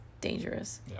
dangerous